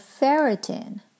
ferritin